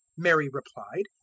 mary replied,